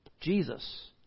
Jesus